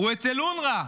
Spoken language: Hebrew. הוא אצל אונר"א.